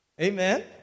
Amen